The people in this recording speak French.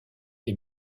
les